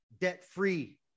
debt-free